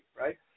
right